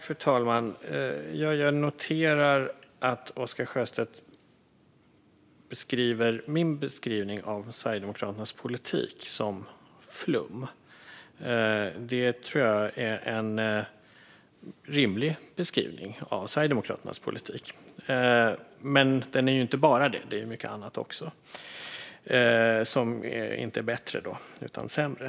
Fru talman! Jag noterar att Oscar Sjöstedt betecknar min beskrivning av Sverigedemokraternas politik som "flum". Det tror jag är en rimlig beskrivning av Sverigedemokraternas politik. Men den är inte bara flum utan även mycket annat - som inte är bättre, utan sämre.